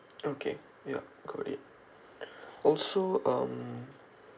okay ya got it also um